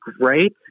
great